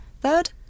Third